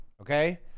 okay